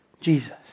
Jesus